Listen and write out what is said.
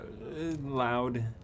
loud